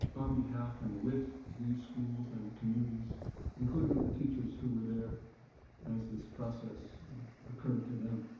on behalf and with these schools and the communities including the teachers who were there as this process occurred to them.